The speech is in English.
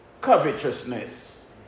covetousness